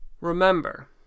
Remember